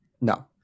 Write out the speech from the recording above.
No